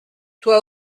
toi